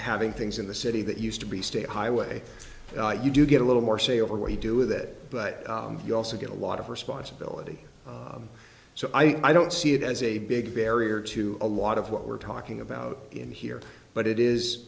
having things in the city that used to be state highway you do get a little more say over what you do with it but you also get a lot of responsibility so i don't see it as a big barrier to a lot of what we're talking about in here but it is